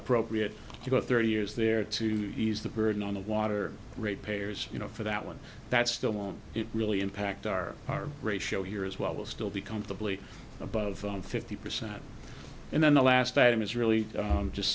appropriate to go thirty years there to ease the burden on the water rate payers you know for that one that's still on it really impact our r ratio here as well will still be comfortably above fifty percent and then the last item is really just